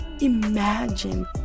imagine